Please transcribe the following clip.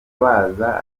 baza